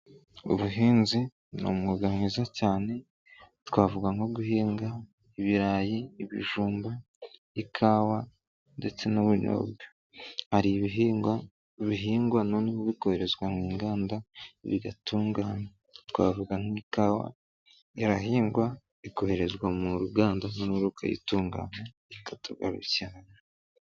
Ubuhinzi ni umwuga mwiza cyane twavuga nko guhinga; ibirayi ,ibijumba, ikawa ,ndetse n'ubunyobwa, hari ibihingwa bihingwa noneho bikoherezwa mu inganda bigatunywa, twavuga nk'ikawa irahingwa ikoherezwa mu ruganda ,noneho rukayitunganya ikatugarukira.